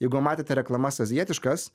jeigu matėte reklamas azijietiškas